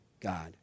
God